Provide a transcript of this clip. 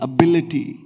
Ability